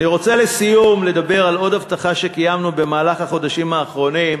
אני רוצה לסיום לדבר על עוד הבטחה שקיימנו במהלך החודשים האחרונים,